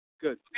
Good